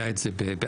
היה את זה בעכו,